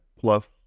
plus